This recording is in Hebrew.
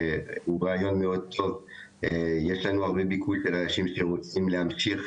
יש לנו הרבה ביקוש של אנשים שרוצים להמשיך